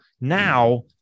now